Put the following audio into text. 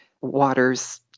waters